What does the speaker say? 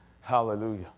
Hallelujah